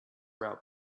route